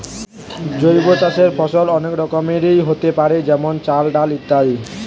জৈব চাষের ফসল অনেক রকমেরই হোতে পারে যেমন চাল, ডাল ইত্যাদি